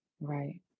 Right